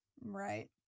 Right